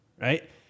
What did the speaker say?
right